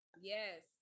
yes